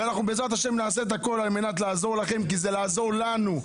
ואנחנו בעזרת ה' נעשה את הכול על מנת לעזור לכם כי זה לעזור לנו.